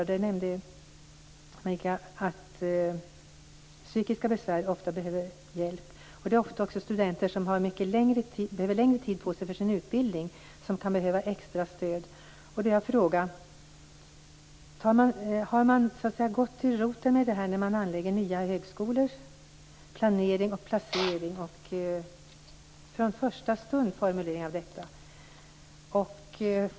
Margitta nämnde att människor med psykiska besvär ofta behöver hjälp. Det är ofta studenter som behöver längre tid på sig för sin utbildning och som kan behöva extra stöd. Går man från första stund till botten med planering och placering när man anlägger nya högskolor?